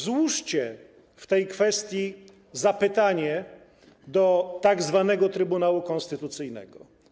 Złóżcie w tej kwestii zapytanie do tzw. Trybunału Konstytucyjnego.